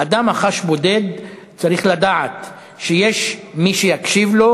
אדם החש בודד צריך לדעת שיש מי שיקשיב לו,